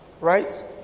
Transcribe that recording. right